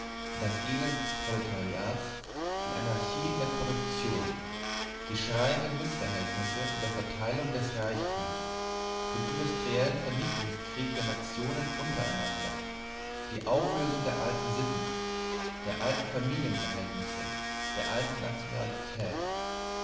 das elend des proletariats die anarchie in der produktion die schreienden mißverhältnisse in der verteilung des reichtums den industriellen vernichtungskrieg der nationen untereinander die auflösung der alten sitten der alten familienverhältnisse der alten nationalitäten